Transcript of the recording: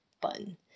button